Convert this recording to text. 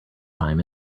time